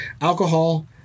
alcohol